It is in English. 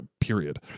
Period